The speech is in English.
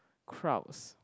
crowds